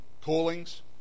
Callings